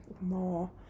more